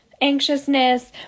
anxiousness